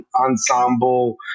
Ensemble